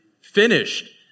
finished